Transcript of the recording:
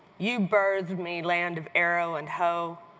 you birth me land of arrow and home,